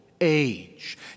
age